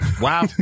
Wow